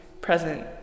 present